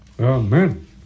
Amen